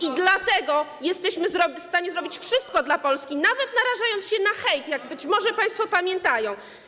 i dlatego jesteśmy w stanie zrobić wszystko dla Polski, nawet narażając się na hejt, jak być może państwo pamiętają.